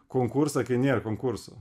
konkursą kai nėr konkursų